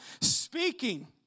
speaking